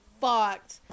fucked